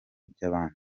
iby’abandi